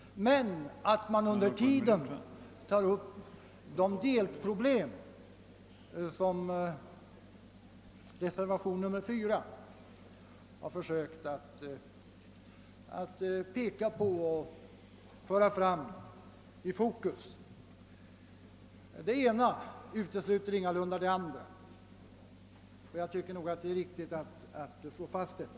Men under tiden den utredningen pågår bör man ta upp de delproblem som reservation nr'4 har försökt att föra fram i fokus. Det ena utesluter ingalunda det andra. Jag tycker att det är riktigt att slå fast detta.